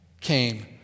came